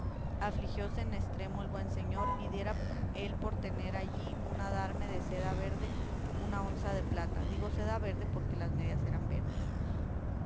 afligióse en estremo el buen señor y diera él por tener allí un adarme de seda verde una onza de plata digo seda verde porque las medias eran verdes